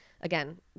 again